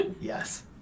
Yes